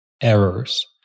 errors